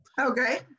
Okay